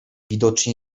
widocznie